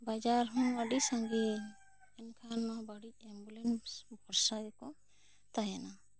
ᱵᱟᱡᱟᱨ ᱦᱚᱸ ᱟᱹᱰᱤ ᱥᱟᱺᱜᱤᱧ ᱮᱱᱠᱷᱟᱱ ᱚᱱᱟ ᱵᱟᱹᱲᱤᱡ ᱮᱢᱵᱩᱞᱮᱱᱥ ᱵᱷᱚᱨᱥᱟ ᱜᱮᱠᱚ ᱛᱟᱦᱮᱱᱟ